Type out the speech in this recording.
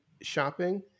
shopping